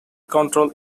control